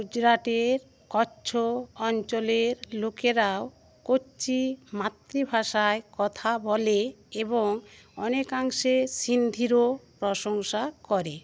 গুজরাটের কচ্ছ অঞ্চলের লোকেরাও কচ্চি মাতৃভাষায় কথা বলে এবং অনেকাংশে সিন্ধিরও প্রশংসা করে